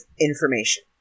information